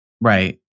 Right